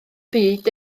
byd